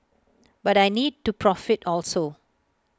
but I need to profit also